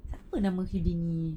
siapa nama houdini